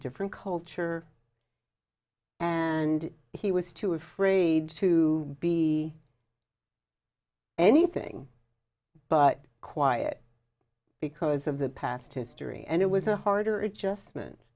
different culture and he was too afraid to be anything but quiet because of the past history and it was a harder adjustment